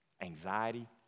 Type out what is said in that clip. Anxiety